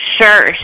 Sure